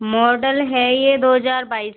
model है यह दो हज़ार बाईस